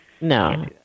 No